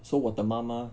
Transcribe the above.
so 我的妈妈